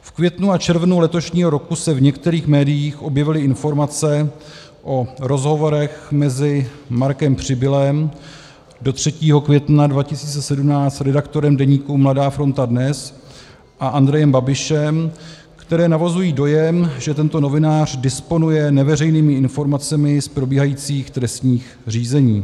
V květnu a červnu letošního roku se v některých médiích objevily informace o rozhovorech mezi Markem Přibylem, do 3. května 2017 redaktorem deníku Mladá Fronta Dnes, a Andrejem Babišem, které navozují dojem, že tento novinář disponuje neveřejnými informacemi z probíhajících trestních řízení.